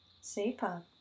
Super